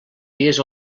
dies